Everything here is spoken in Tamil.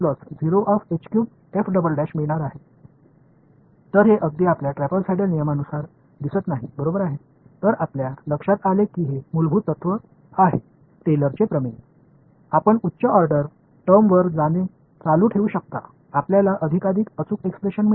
எனவே இது டெய்லரின் Taylor'sதேற்றதி்ன் அடிப்படைக் கொள்கை என்பதை நீங்கள் கவனிக்கிறீர்கள் நீங்கள் உயர் வரிசை காலத்திற்கு செல்லலாம் நீங்கள் மேலும் மேலும் துல்லியமான வெளிப்பாடுகளைப் பெறுவீர்கள்